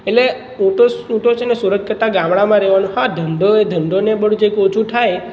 એટલે હું તો હું તો છે ને સુરત કરતાં ગામળાંમાં રહેવાનું હા ધંધો ધંધોને બધું કંઈક ઓછું થાય